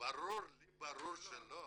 ברור לי שלא.